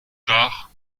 tard